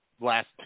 last